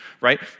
right